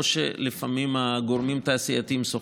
או שלפעמים הגורמים התעשייתיים שוכרים.